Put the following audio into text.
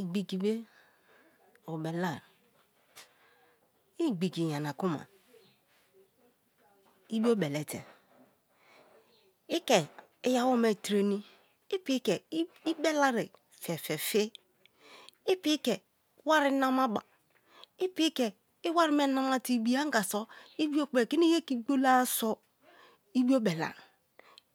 Igbigi be obelai i igbigi yana kum a i biobele te i ke iyawo traini i piki i ke i belare fefe fi i piki ke wari nama ba i piki ke i wari me nama te ibiya anga so i biokpo kini ye ke igholara so i biobelai